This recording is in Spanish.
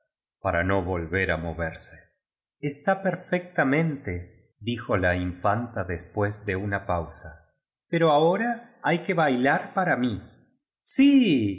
para no volver á moverse está perfectamentedijo la infanta después de una pau sa pero ahora hay que bailar para mí síexclamaron todos los